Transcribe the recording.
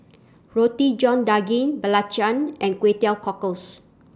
Roti John Daging Belacan and Kway Teow Cockles